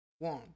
One